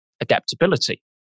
adaptability